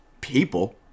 people